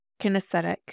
kinesthetic